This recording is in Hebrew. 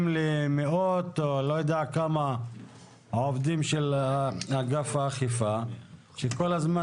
למאות או לא יודע כמה עובדים של אגף האכיפה שכל הזמן